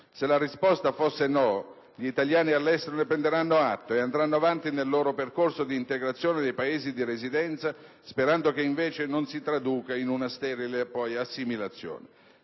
Se la risposta fosse no, gli italiani all'estero ne prenderanno atto e andranno avanti nel loro percorso di integrazione nei Paesi di residenza, sperando che invece non si traduca poi in una sterile assimilazione.